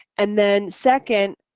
and then, second,